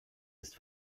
ist